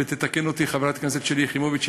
ותתקן אותי חברת הכנסת שלי יחימוביץ,